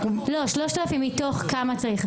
להלן תרגומם: 3,000 מתוך כמה שצריך?